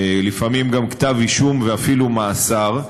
לפעמים גם כתב אישום ואפילו מאסר.